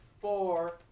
four